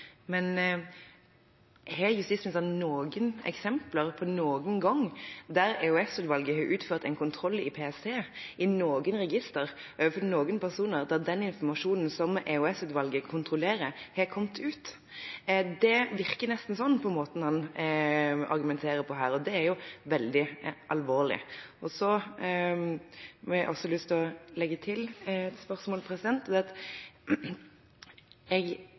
men har han noen eksempler på at EOS-utvalget noen gang har utført en kontroll i PST – i noen registre over noen personer – der den informasjonen som EOS-utvalget kontrollerer, har kommet ut? Det virker nesten slik på måten han argumenterer på her, og det er veldig alvorlig. Jeg har også lyst til å legge til at jeg